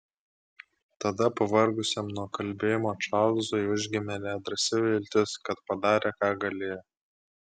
tada pavargusiam nuo kalbėjimo čarlzui užgimė nedrąsi viltis kad padarė ką galėjo